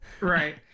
right